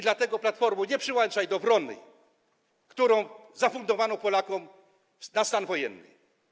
Dlatego, Platformo, nie przyłączaj się do wrony, którą zafundowano Polakom na stan wojenny.